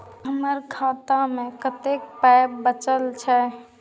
हमर खाता मे कतैक पाय बचल छै